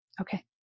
Okay